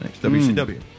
WCW